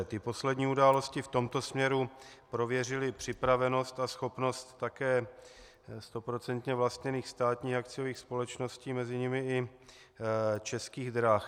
Ty poslední události v tomto směru prověřily připravenost a schopnost také stoprocentně vlastněných státních akciových společností, mezi nimi i Českých drah.